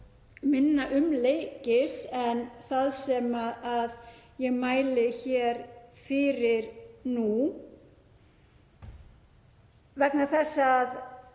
minna umleikis en það sem ég mæli hér fyrir nú vegna þess að